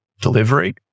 delivery